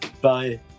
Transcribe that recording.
Bye